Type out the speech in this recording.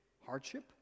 Hardship